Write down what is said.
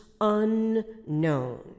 unknown